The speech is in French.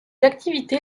activités